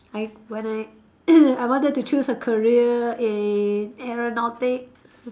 I when I I wanted to choose a career in aeronautic